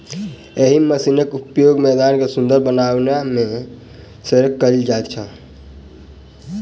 एहि मशीनक उपयोग मैदान के सुंदर बनयबा मे सेहो कयल जाइत छै